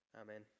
amen